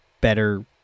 better